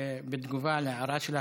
בתגובה להערה שלך,